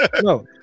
No